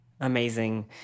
amazing